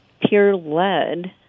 peer-led